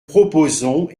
proposons